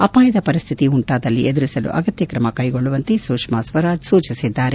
ಅಪಾಯದ ಪರಿಸ್ದಿತಿ ಉಂಟಾದಲ್ಲಿ ಎದುರಿಸಲು ಅಗತ್ಯ ಕ್ರಮ ಕೈಗೊಳ್ಳುವಂತೆ ಸುಷ್ಮಾ ಸ್ವರಾಜ್ ಸೂಚಿಸಿದ್ದಾರೆ